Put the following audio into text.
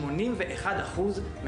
שבסוף הוא